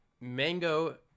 Mango